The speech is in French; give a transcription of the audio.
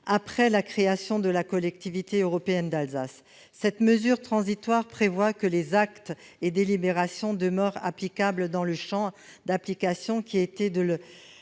après la création de la Collectivité européenne d'Alsace. Cette mesure transitoire prévoit que les actes et délibérations demeurent en vigueur, dans le champ d'application qui était